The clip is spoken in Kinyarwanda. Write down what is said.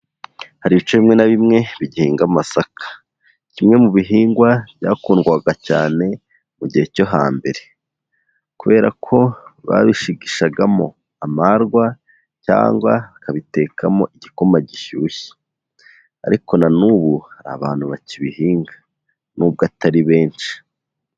Hari ibice bimwe na bimwe bigihinga amasaka, kimwe mu bihingwa byakundwaga cyane mu gihe cyo hambere, kubera ko babishigishagamo amarwa cyangwa bakabitekamo igikoma gishyushye, ariko na n'ubu hari abantu bakibihinga nubwo atari benshi.